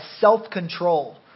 self-control